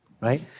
right